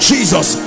Jesus